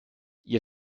ihr